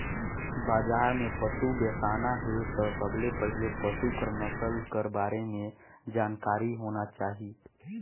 बजार में पसु बेसाना हे त सबले पहिले पसु कर नसल कर बारे में जानकारी होना चाही